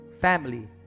family